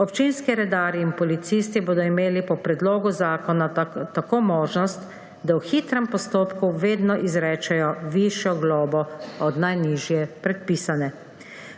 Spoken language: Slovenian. Občinski redarji in policisti bodo imeli po predlogu zakona tako možnost, da v hitrem postopku vedno izrečejo višjo globo od najnižje predpisane.